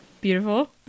beautiful